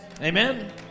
Amen